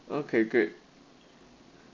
okay great